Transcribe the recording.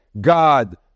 God